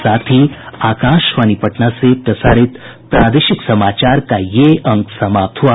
इसके साथ ही आकाशवाणी पटना से प्रसारित प्रादेशिक समाचार का ये अंक समाप्त हुआ